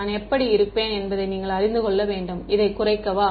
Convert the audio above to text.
நான் எப்படி இருப்பேன் என்பதை நீங்கள் அறிந்து கொள்ள வேண்டும் இதைக் குறைக்கவா